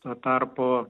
tuo tarpu